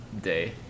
day